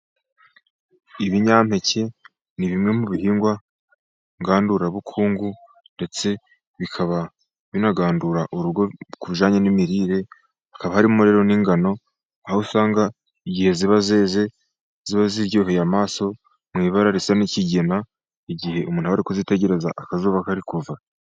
Ibinyampeke ni bimwe mu bihingwa ngandurabukungu, ndetse bikaba binagandura urugo, kubijyanye n'imirire. Hakaba harimo rero n'ingano, aho usanga igihe ziba zeze ziba ziryoheye amaso mu ibara risa n'ikigina, igihe umuntu ari kuzitegereza akazuba kari kuva.